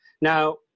Now